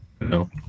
no